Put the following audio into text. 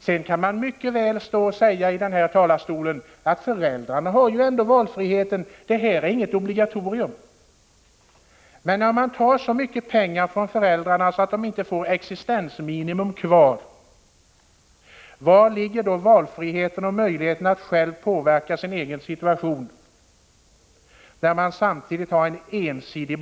Sedan kan man mycket väl stå här i talarstolen och säga: Föräldrarna har ändå valfrihet — detta är inget obligatorium. Men när man tar så mycket pengar från föräldrar att de inte får existensminimum kvar, var ligger då valfriheten och möjligheten att själv påverka sin egen situation, när barnomsorgen samtidigt är så ensidig?